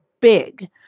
big